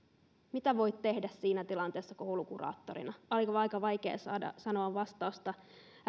mitä voit tehdä siinä tilanteessa koulukuraattorina aika vaikea sanoa vastausta